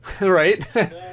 right